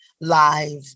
live